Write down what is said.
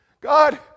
God